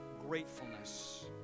gratefulness